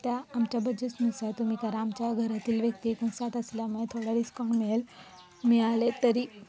त्या आमच्या बजेसनुसार तुम्ही करा आमच्या घरातील व्यक्ती एकूण सात असल्यामुळे थोडं डिस्काउंट मिळेल मिळाले तरी